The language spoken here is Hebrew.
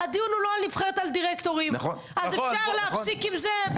הדיון הוא לא על נבחרת הדירקטורים אז אפשר להפסיק עם זה.